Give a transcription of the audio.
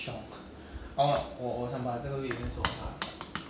bro but 我们有学过好公民 primary school 忘记了 meh 好公民